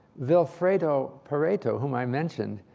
vilfredo pareto, whom i mentioned,